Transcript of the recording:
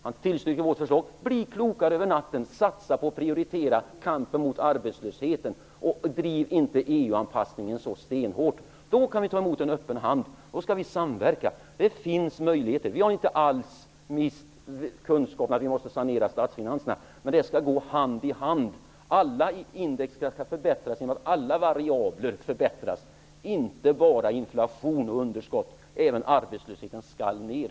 Han tillstyrkte vårt förslag. Bli klokare över natten! Satsa på och prioritera kampen mot arbetslösheten! Driv inte EU anpassningen så stenhårt! Då kan vi ta emot en öppen hand. Då skall vi samverka. Det finns möjligheter. Vi har inte alls mist kunskapen om att statsfinanserna måste finansieras. Men det skall gå hand i hand. Alla index skall förbättras genom att alla variabler förbättras. Det gäller inte bara inflation och underskott, utan även arbetslösheten skall gå ned.